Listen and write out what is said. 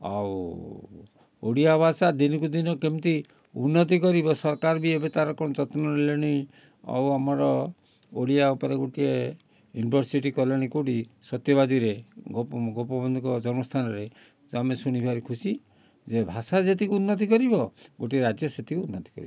ଆଉ ଓଡ଼ିଆ ଭାଷା ଦିନକୁ ଦିନ କେମିତି ଉନ୍ନତି କରିବ ସରକାର ବି ଏବେ ତା'ର କ'ଣ ଯତ୍ନ ନେଲେଣି ଆଉ ଆମର ଓଡ଼ିଆ ଉପରେ ଗୋଟେ ଇନ୍ଭରସିଟି କଲେଣି କେଉଁଠି ସତ୍ୟବାଦୀରେ ଗୋ ଗୋପବନ୍ଧୁଙ୍କ ଜନ୍ମ ସ୍ଥାନରେ ତ ଆମେ ଶୁଣି ଭାରି ଖୁସି ଯେ ଭାଷା ଯେତିକି ଉନ୍ନତି କରିବ ଗୋଟିଏ ରାଜ୍ୟ ସେତିକି ଉନ୍ନତି କରିବ